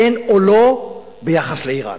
כן או לא ביחס לאירן.